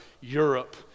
Europe